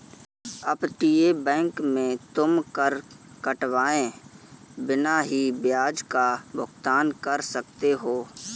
अपतटीय बैंक में तुम कर कटवाए बिना ही ब्याज का भुगतान कर सकते हो